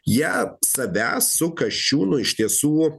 ją savęs su kasčiųnu iš tiesų